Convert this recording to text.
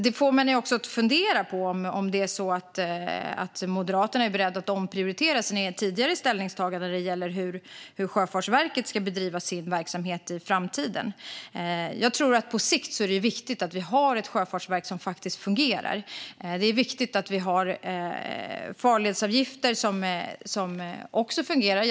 Det får mig att fundera på om Moderaterna är beredda att ompröva sitt tidigare ställningstagande när det gäller hur Sjöfartsverket ska bedriva sin verksamhet i framtiden. På sikt tror jag att det är viktigt att vi har ett sjöfartsverk som faktiskt fungerar. Det är också viktigt att vi har farledsavgifter som fungerar.